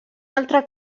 altre